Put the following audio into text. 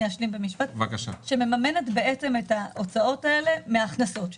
שמממנת את ההוצאות האלה מההכנסות שלה.